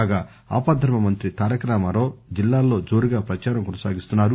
కాగా ఆపద్దర్మ మంత్రి తారక రామారావు జిల్లాల్లో జోరుగా ప్రచారం కొనసాగిస్తున్నారు